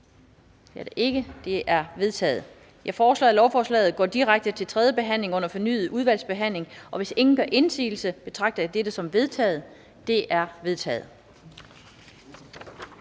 af udvalget? De er vedtaget. Jeg foreslår, at lovforslaget går direkte til tredje behandling uden fornyet udvalgsbehandling. Hvis ingen gør indsigelse, betragter jeg dette som vedtaget. Det er vedtaget.